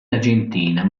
argentina